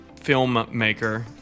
Filmmaker